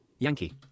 Yankee